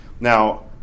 Now